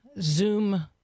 Zoom